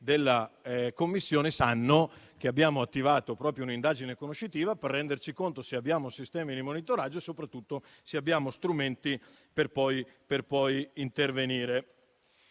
della Commissione sanno che abbiamo attivato un'indagine conoscitiva per renderci conto se abbiamo sistemi di monitoraggio e soprattutto strumenti per poi intervenire.